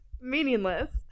meaningless